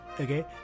okay